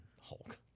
Hulk